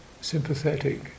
sympathetic